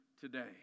today